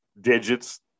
digits